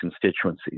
constituencies